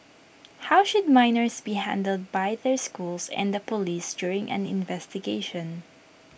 how should minors be handled by their schools and the Police during an investigation